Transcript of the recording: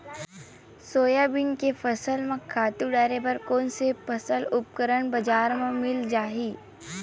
Soybean के फसल म खातु डाले बर कोन से उपकरण बजार म मिल जाहि?